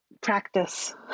Practice